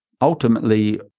Ultimately